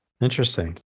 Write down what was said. Interesting